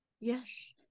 Yes